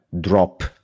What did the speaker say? drop